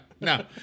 no